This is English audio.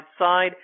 outside